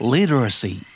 Literacy